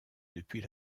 depuis